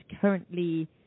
currently